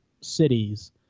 cities